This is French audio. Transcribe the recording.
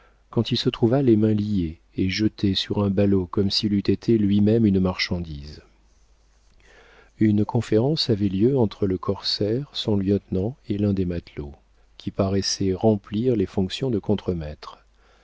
quand il se trouva les mains liées et jeté sur un ballot comme s'il eût été lui-même une marchandise une conférence avait lieu entre le corsaire son lieutenant et l'un des matelots qui paraissait remplir les fonctions de contre-maître